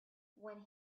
when